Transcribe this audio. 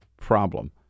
problem